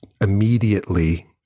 immediately